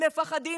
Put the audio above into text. הם מפחדים.